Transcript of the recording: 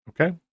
okay